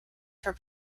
for